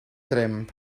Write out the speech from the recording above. tremp